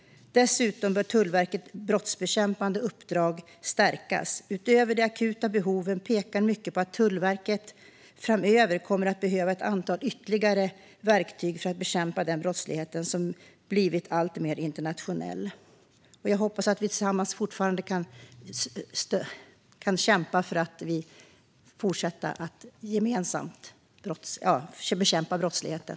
Dessutom bör Tullverkets brottsbekämpande uppdrag stärkas. Utöver de akuta behoven pekar mycket på att Tullverket framöver kommer att behöva ett antal ytterligare verktyg för att bekämpa den brottslighet som blivit alltmer internationell. Jag hoppas att vi tillsammans kan fortsätta att bekämpa brottsligheten.